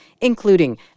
including